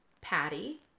Patty